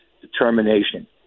determination